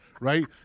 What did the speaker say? right